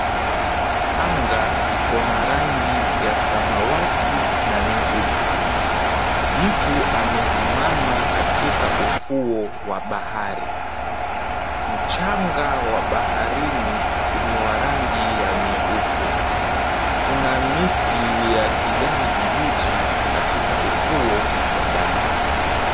Anga ikona rangi ya samawati na nyeupe. Mtu amesimama katika ufuo wa bahari. Mchanga wa baharini ni wa rangi ya nyeupe. Kuna miti ya kijani kibichi katika ufuo wa bahari.